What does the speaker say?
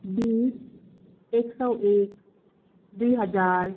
बिस एक सय एक दुई हजार